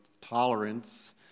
tolerance